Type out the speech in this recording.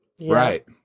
Right